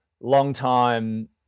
long-time